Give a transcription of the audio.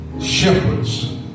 shepherds